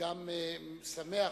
וגם שמח